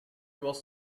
was